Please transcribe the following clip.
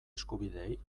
eskubideei